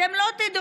אתם לא תדעו.